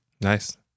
Nice